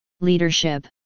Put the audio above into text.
Leadership